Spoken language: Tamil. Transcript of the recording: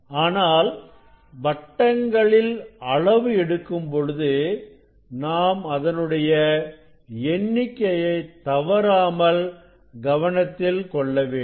ஆனால் வட்டங்களில் அளவு எடுக்கும் பொழுது நாம் அதனுடைய எண்ணிக்கையை தவறாமல் கவனத்தில் கொள்ள வேண்டும்